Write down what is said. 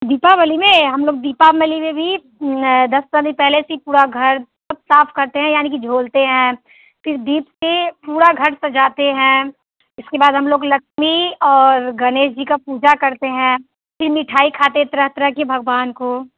दीपावली में हम लोग दीपावली में भी दस पंद्रह दिन पहले से पूरा घर साफ करते है यानि की झोलते हैं फिर दीप से पूरा घर सजाते हैं इसके बाद हम लोग लक्ष्मी और गणेश जी का पूजा करते हैं फिर मिठाई खाते तरह तरह की भगवान को